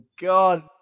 God